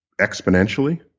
exponentially